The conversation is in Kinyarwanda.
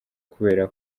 kubera